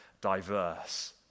diverse